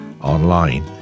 online